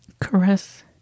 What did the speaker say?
caress